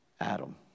Adam